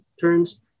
turns